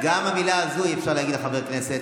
את המילה הזו אי-אפשר להגיד על חבר כנסת,